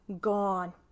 gone